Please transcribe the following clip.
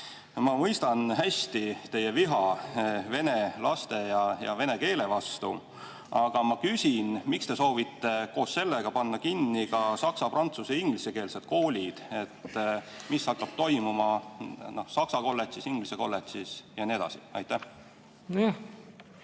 Ma mõistan hästi teie viha vene laste ja vene keele vastu. Aga ma küsin: miks te soovite koos sellega panna kinni ka saksa‑, prantsus‑, ingliskeelsed koolid? Mis hakkab toimuma saksa kolledžis, inglise kolledžis ja nii edasi? Aitäh,